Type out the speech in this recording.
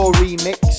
remix